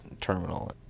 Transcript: terminal